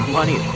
Money